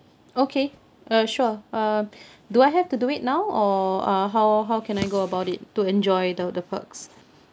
okay uh sure um do I have to do it now or uh how how can I go about it to enjoy the the perks